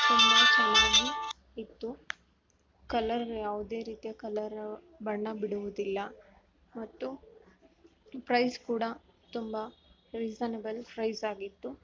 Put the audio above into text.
ತುಂಬ ಚೆನ್ನಾಗಿ ಇತ್ತು ಕಲರ್ ಯಾವುದೇ ರೀತಿಯ ಕಲರ್ ಬಣ್ಣ ಬಿಡುವುದಿಲ್ಲ ಮತ್ತು ಪ್ರೈಸ್ ಕೂಡ ತುಂಬ ರೀಸನಬಲ್ ಫ್ರೈಸಾಗಿತ್ತು